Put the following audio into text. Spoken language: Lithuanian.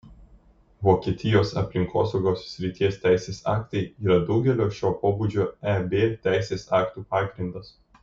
vokietijos aplinkosaugos srities teisės aktai yra daugelio šio pobūdžio eb teisės aktų pagrindas